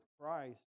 Christ